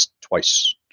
twice